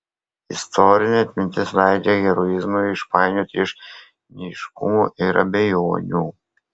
istorinė atmintis leidžia heroizmą išpainioti iš neaiškumų ir abejonių